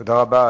תודה רבה.